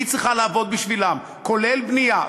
כולל בנייה.